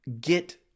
Get